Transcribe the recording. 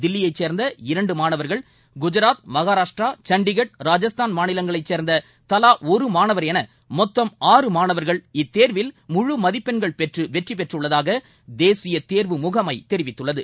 தில்லியைச் சேர்ந்த இரண்டு மாணவர்கள் குஜராத் மகாராஷ்டிரா சண்டிகர் ராஜஸ்தான் மாநிலங்களைச் சேர்ந்த தலா ஒரு மாணவர் என மொத்தம் ஆறு மாணவர்கள் இத்தேர்வில் முழு மதிப்பெண்கள் பெற்று வெற்றி பெற்றுள்ளதாக தேசிய தேர்வு முகமை தெரிவித்துள்ளது